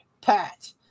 Pat